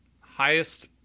highest